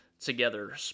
together